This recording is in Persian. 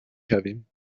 شویم